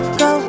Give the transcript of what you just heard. go